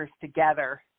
together